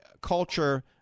culture